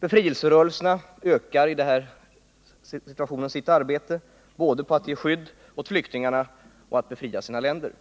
Befrielserörelserna ökar sitt arbete både på att ge skydd åt flyktingarna och på att befria sina länder.